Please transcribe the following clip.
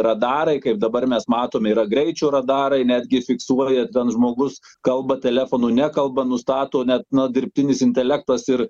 radarai kaip dabar mes matome yra greičio radarai netgi fiksuoja ten žmogus kalba telefonu nekalba nustato net na dirbtinis intelektas ir